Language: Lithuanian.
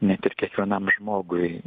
net ir kiekvienam žmogui